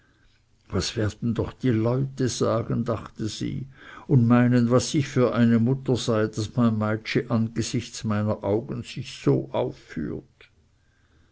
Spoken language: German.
was werden doch die leute sagen dachte sie und meinen was ich für eine mutter sei daß mein meitschi angesichts meiner augen sich so aufführt